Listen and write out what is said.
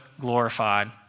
glorified